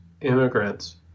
immigrants